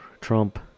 Trump